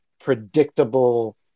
predictable